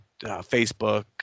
Facebook